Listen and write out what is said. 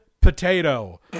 potato